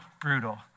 brutal